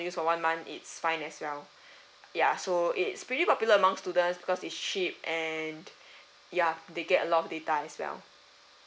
to use for one month it's fine as well ya so it's pretty popular among students because it's cheap and ya they get a lot of data as well